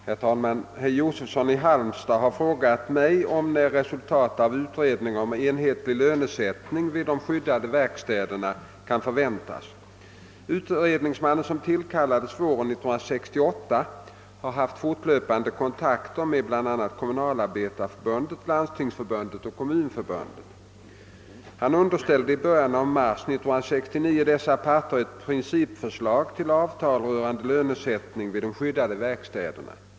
Herr talman! Herr Josefsson i Halmstad har frågat mig om när resultatet av utredningen om enhetlig lönesättning vid de skyddade verkstäderna kan förväntas. Utredningsmannen, som tillkallades våren 1968, har haft fortlöpande kontakter med bl.a. Kommunalarbetareförbundet, Landstingsförbundet och Kommunförbundet. Han underställde i början av mars 1969 dessa parter ett principförslag till avtal rörande lönesättningen vid de skyddade verkstäderna.